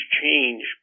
change